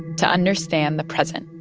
to understand the present